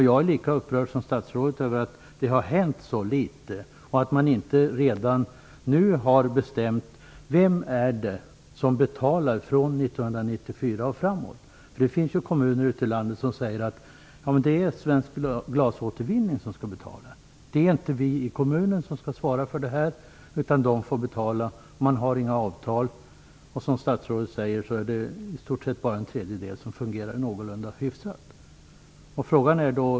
Jag är lika upprörd som statsrådet över att det hänt så litet och att man inte redan nu har bestämt vem som betalar från 1994 och framåt. Det finns kommuner ute i landet som säger att det är Svensk glasåtervinning som skall betala, inte kommunen. Man har inga avtal. Som statsrådet säger är det i stort sett bara i en tredjedel kommuner som det fungerar någorlunda hyfsat.